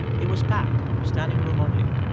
it was packed, standing-room only.